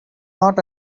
not